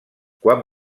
quan